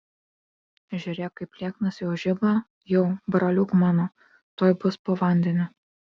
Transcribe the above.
žiūrėk kaip lieknas jau žiba jau braliuk mano tuoj bus po vandeniu